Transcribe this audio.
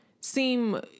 seem